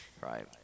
right